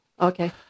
Okay